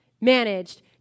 managed